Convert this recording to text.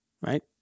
Right